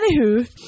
Anywho